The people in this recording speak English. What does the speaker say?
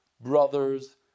brothers